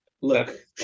look